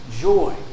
Joy